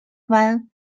one